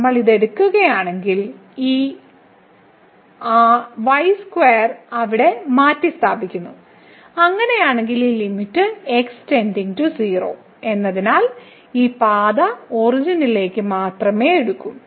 നമ്മൾ ഇത് എടുക്കുകയാണെങ്കിൽ ഈ y2 അവിടെ മാറ്റിസ്ഥാപിക്കുന്നു അങ്ങനെയെങ്കിൽ ഈ ലിമിറ്റ് x → 0 എന്നതിനാൽ ഈ പാത ഒറിജിനിലേക്ക് മാത്രമേ എടുക്കൂ